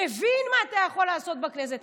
מבין מה אתה יכול לעשות בכנסת.